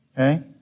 Okay